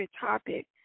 topic